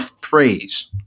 praise